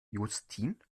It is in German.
justin